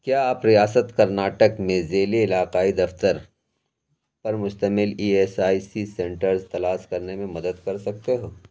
کیا آپ ریاست کرناٹک میں ذیلی علاقائی دفتر پر مشتمل E S I C centres تلاش کرنے میں مدد کر سکتے ہو